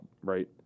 right